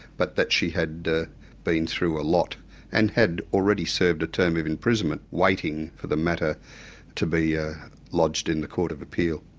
but that she had been through a lot and had already served a term of imprisonment, waiting for the matter to be ah lodged in the court of appeal.